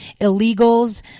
illegals